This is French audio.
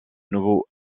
nouveaux